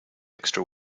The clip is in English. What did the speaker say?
extra